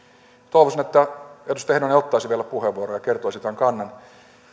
toivoisin että edustaja heinonen ottaisi vielä puheenvuoron ja kertoisi tämän kannan